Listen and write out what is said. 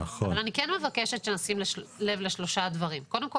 אני מבקשת שנשים לב לשלושה דברים: קודם כל,